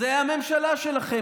זו הממשלה שלכם.